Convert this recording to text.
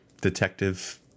detective